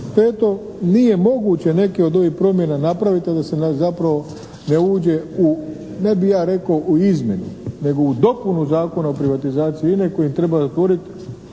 peto, nije moguće neke od ovih promjena napraviti, a da se zapravo ne uđe u ne bih ja rekao izmjenu nego u dopunu Zakona o privatizaciji INA-e koji treba …/Govornik